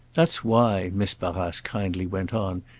that's why, miss barrace kindly went on,